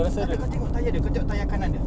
takde kau tengok tayar dia kau tengok tayar kanan dia